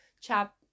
chap